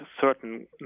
certain